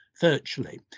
virtually